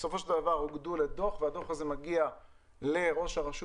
ובסופו של דבר אוגדו לדוח והדוח הזה מגיע לראש הרשות